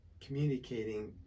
communicating